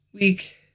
week